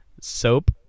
soap